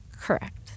Correct